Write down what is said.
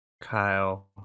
Kyle